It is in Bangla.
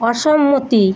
অসম্মতি